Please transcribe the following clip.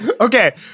Okay